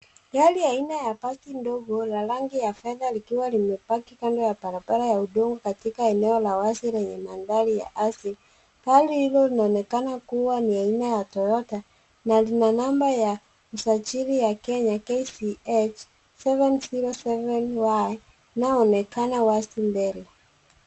Gari aina ya basi ndogo la rangi ya fedha likiwa limepaki kando ya barabara ya udongo katika eneo la wazi lenye mandhari ya nyasi. Gari hilo linaonekana kua ni aina ya Toyota na lina namba ya usajili ya kenya KCH 707Y unaoonekana wazi mbele.